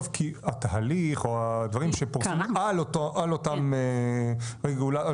כי התהליך או הדברים שפורסמו על אותם נהלים,